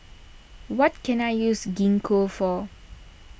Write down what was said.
what can I use Gingko for